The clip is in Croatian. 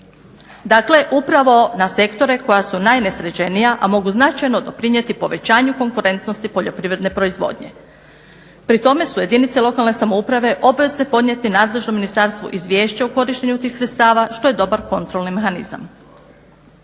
Dakle, upravo na sektore koja su najnesređenija, a mogu značajno doprinijeti povećanju konkurentnosti poljoprivredne proizvodnje. Pri tome su jedinice lokalne samouprave obvezne podnijeti nadležnom ministarstvu izvješće o korištenju tih sredstava što je dobar kontrolni mehanizam.